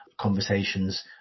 conversations